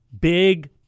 big